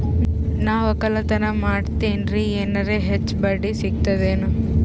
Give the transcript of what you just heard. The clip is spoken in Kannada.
ನಾ ಒಕ್ಕಲತನ ಮಾಡತೆನ್ರಿ ಎನೆರ ಹೆಚ್ಚ ಬಡ್ಡಿ ಸಿಗತದೇನು?